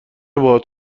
باهات